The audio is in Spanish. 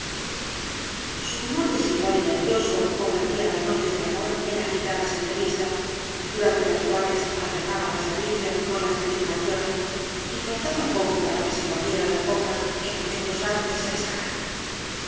humor desigual y nervioso convertía las noches de amor en agitadas entrevistas durante las cuales alternaban las caricias con las recriminaciones y faltaba poco para que se mordieran las bocas que momentos antes se besaban